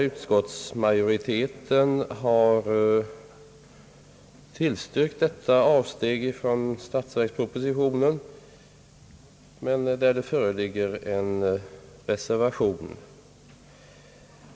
Utskottsmajoriteten har tillstyrkt detta avsteg från = statsverkspropositionen, men det föreligger en reservation.